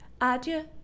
adieu